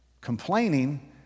Complaining